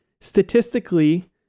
statistically